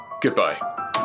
goodbye